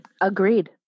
Agreed